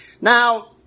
Now